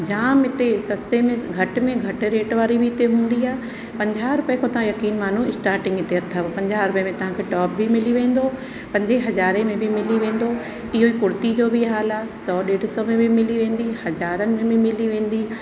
जाम हिते सस्ते में घटि में घटि रेट वारी बि हिते हूंदी आहे पंजाह रूपए खां तव्हां यकीन मानो स्टार्टिंग हिते अथव पंजाह रुपए में तव्हांखे टॉप बि मिली वेंदो पंजे हज़ारे में बि मिली वेंदो इहेई कुर्ती जो बि हाल आहे सौ ॾेढ सौ में बि मिली वेंदी हज़ार में बि मिली वेंदी